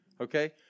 Okay